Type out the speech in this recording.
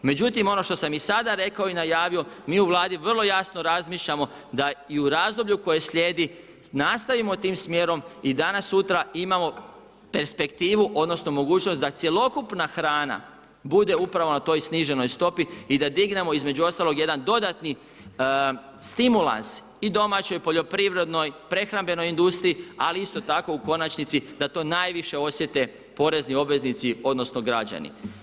Međutim, ono što sam i sada rekao i najavio, mi u Vladi vrlo jasno razmišljamo da i u razdoblju koje slijedi nastavimo tim smjerom i danas-sutra imamo perspektivo odnosno mogućnost da cjelokupna hrana bude upravo na toj sniženoj stopi i da dignemo između ostalog jedan dodatni stimulans i domaćoj poljoprivrednoj, prehrambenoj industriji, ali isto tako u konačnici da to najviše osjete porezni obveznici odnosno građani.